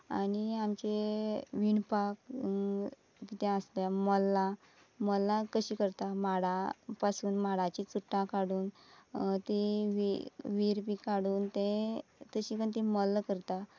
आनी आमचें विणपाक कितें आसल्यार मल्लां मल्लां कशीं करता माडा पासून माडाचीं चुट्टां काडून तीं व्ही व्हीर बी काडून ते तशीं करून तीं मल्लां करता